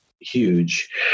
huge